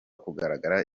kugaragara